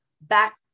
back